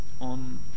on